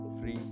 free